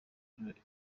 ibiro